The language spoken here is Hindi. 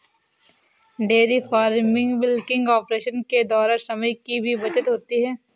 डेयरी फार्मिंग मिलकिंग ऑपरेशन के द्वारा समय की भी बचत होती है